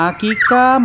Akika